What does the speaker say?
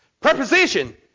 preposition